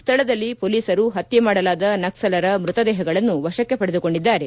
ಸ್ನಳದಲ್ಲಿ ಪೊಲೀಸರು ಪತ್ನೆ ಮಾಡಲಾದ ನಕ್ವಲರ ಮೃತದೇಹಗಳನ್ನು ವಶಕ್ಕೆ ಪಡೆದುಕೊಂಡಿದ್ದಾರೆ